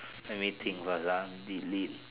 let me think first ah delete